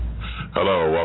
hello